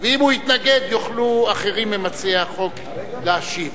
ואם הוא יתנגד יוכלו אחרים ממציעי החוק להשיב.